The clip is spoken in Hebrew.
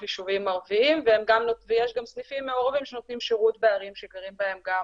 ערביים ויש גם סניפים מעורבים שנותנים שירות בערים שגרים בהם גם